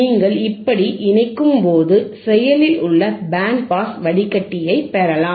நீங்கள் இப்படி இணைக்கும்போது செயலில் உள்ள பேண்ட் பாஸ் வடிகட்டியை பெறலாம்